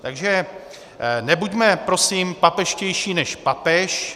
Takže nebuďme prosím papežštější než papež.